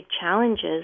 challenges